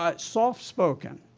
ah soft spoken,